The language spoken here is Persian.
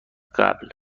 قبل